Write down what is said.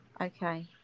okay